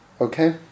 Okay